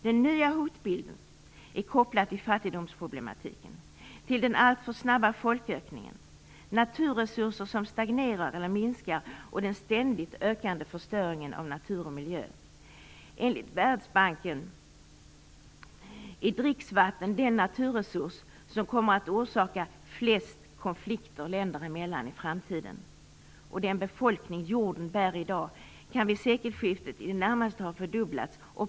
Den nya hotbilden är kopplad till fattigdomsproblematiken, till den alltför snabba folkökningen, naturresurser som stagnerar eller minskar och den ständigt ökande förstöringen av natur och miljö. Enligt Världsbanken är dricksvatten den naturresurs som kommer att orsaka flest konflikter länder emellan i framtiden. Den befolkning jorden bär i dag kan vid sekelskiftet i det närmaste ha fördubblats.